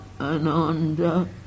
Ananda